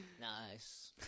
Nice